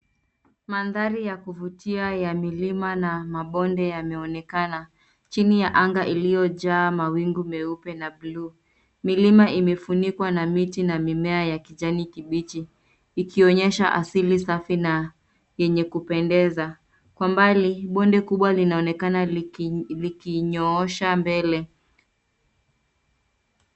Mandhari ya kuvutia ya milima na mabonde yameonekana chini ya anga iliyojaa mawingu meupe na buluu. Milima imefunikwa na miti na mimea ya kijani kibichi, ikionyesha asili safi na yenye kupendeza. Kwa mbali, bonde kubwa linaonekana likinyoosha mbele.